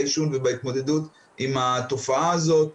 העישון ובהתמודדות עם התופעה הזאת.